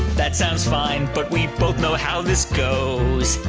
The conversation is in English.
that sounds fine, but we both know how this goes.